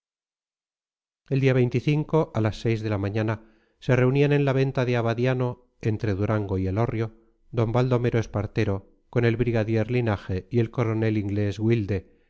el día a las seis de la mañana se reunían en la venta de abadiano entre durango y elorrio d baldomero espartero con el brigadier linaje y el coronel inglés wilde